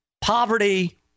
poverty